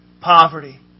poverty